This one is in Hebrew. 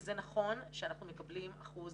זה נכון שאנחנו מקבלים אחוז